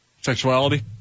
Sexuality